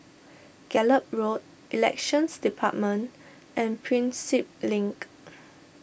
Gallop Road Elections Department and Prinsep Link